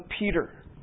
Peter